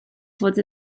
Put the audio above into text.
fod